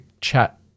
chat